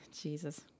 Jesus